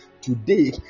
today